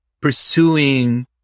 pursuing